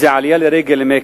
זה עלייה לרגל למכה,